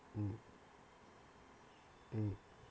mm mm